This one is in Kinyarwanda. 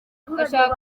ndashaka